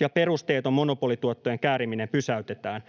ja perusteeton monopolituottojen kääriminen pysäytetään.